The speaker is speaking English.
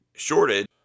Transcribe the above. shorted